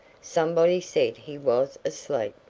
somebody said he was asleep.